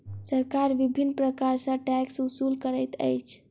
सरकार विभिन्न प्रकार सॅ टैक्स ओसूल करैत अछि